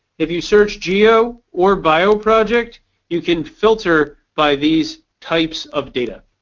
if you search geo or bio project you can filter by these types of data.